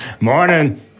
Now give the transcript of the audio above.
Morning